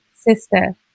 sister